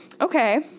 okay